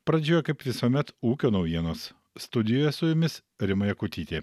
pradžioje kaip visuomet ūkio naujienos studijoje su jumis rima jakutytė